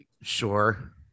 Sure